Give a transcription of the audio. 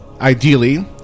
ideally